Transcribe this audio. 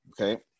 okay